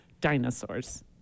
dinosaurs